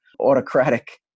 autocratic